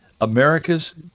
America's